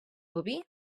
boví